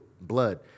blood